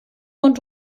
und